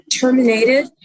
terminated